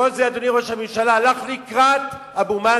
בכל זה הלך ראש הממשלה לקראת אבו מאזן,